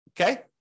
okay